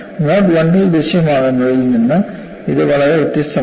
mode 1 ൽ ദൃശ്യമാകുന്നതിൽ നിന്ന് ഇത് വളരെ വ്യത്യസ്തമാണ്